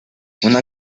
una